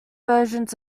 versions